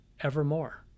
evermore